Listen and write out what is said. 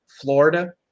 Florida